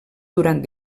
durant